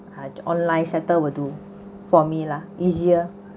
at online centre will do for me lah easier